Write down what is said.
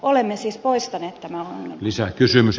olemme siis poistaneet tämän ongelman